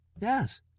Yes